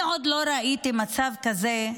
אני עוד לא ראיתי מצב כזה.